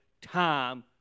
time